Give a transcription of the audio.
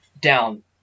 down